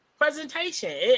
Presentation